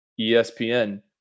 ESPN